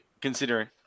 considering